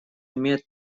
имеет